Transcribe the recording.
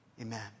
amen